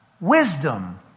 Wisdom